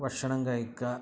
ഭക്ഷണം കഴിക്കാം